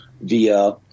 via